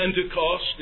Pentecost